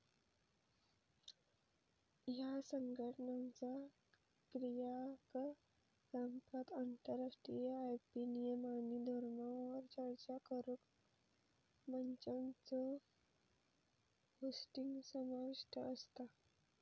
ह्या संघटनाचा क्रियाकलापांत आंतरराष्ट्रीय आय.पी नियम आणि धोरणांवर चर्चा करुक मंचांचो होस्टिंग समाविष्ट असता